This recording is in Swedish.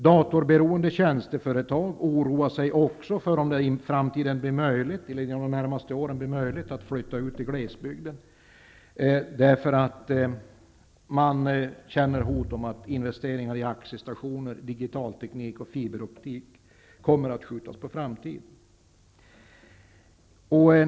Datorberoende tjänsteföretag oroar sig också för om de i framtiden blir möjligt att flytta ut i glesbygden, därför att man känner hot om att investeringar i AXE-stationer, digitalteknik och fiberoptik kommer att skjutas på framtiden.